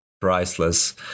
priceless